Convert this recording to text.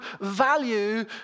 value